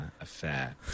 affair